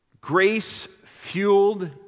Grace-fueled